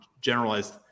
generalized